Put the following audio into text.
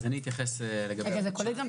וזה כולל גם את